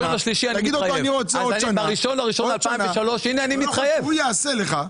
ב-1 בינואר 2024. הנה, אני מתחייב.